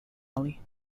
alley